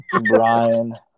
Brian